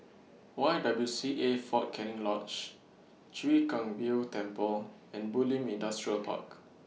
Y W C A Fort Canning Lodge Chwee Kang Beo Temple and Bulim Industrial Park